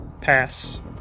pass